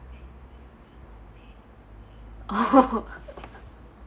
oh